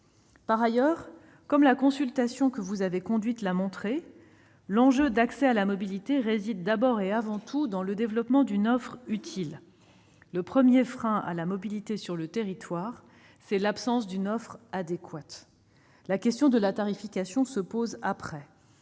Par ailleurs, comme la consultation que vous avez conduite l'a bien montré, l'enjeu en termes d'accès à la mobilité réside d'abord et avant tout dans le développement d'une offre utile. Le premier frein à la mobilité sur un territoire, c'est l'absence d'offre adéquate. La question de la tarification ne vient qu'après.